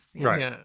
right